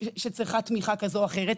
שצריכה תמיכה כזאת או אחרת,